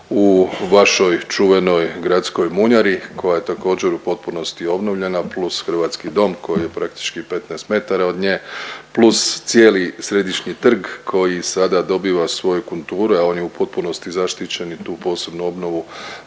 u vašoj čuvenoj gradskoj munjari koja je također u potpunosti obnovljena plus hrvatski dom koji je praktički 15 metara od nje plus cijeli središnji trg koji sada dobiva svoje kulture. On je u potpunosti zaštićen i tu posebnu obnovu